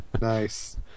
Nice